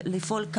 לפעול,